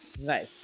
Nice